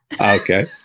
Okay